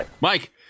Mike